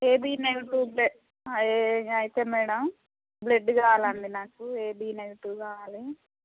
AB negative బ్ల ఏ అయితే మేడమ్ బ్లడ్డు కావాలండి నాకు ఏబీ నెగెటివ్ కావాలి